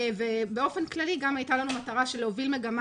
ובאופן כללי הייתה לנו גם מטרה להוביל מגמה